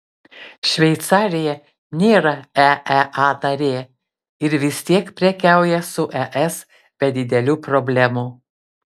šveicarija nėra eea narė ir vis tiek prekiauja su es be didelių problemų